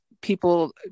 people